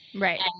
Right